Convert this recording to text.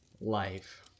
life